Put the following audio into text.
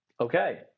okay